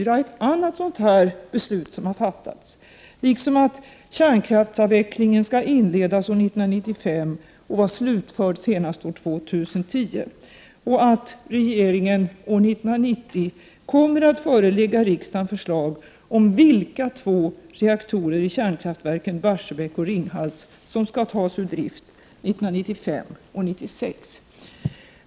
Det är ett annat sådant här beslut som har fattats, liksom att kärnkraftsavvecklingen skall inledas 1995 och vara slutförd senast år 2010 samt att regeringen år 1990 kommer att förelägga riksdagen förslag om vilka två reaktorer i kärnkraftverken Barsebäck och Ringhals som skall tas ur drift 1995 och 1996.